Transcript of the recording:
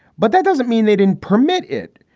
but that doesn't mean they didn't permit it.